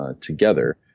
together